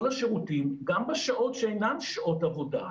השירותים גם בשעות שאינן שעות עבודה.